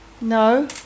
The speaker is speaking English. No